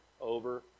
over